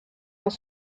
dans